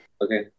Okay